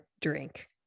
drink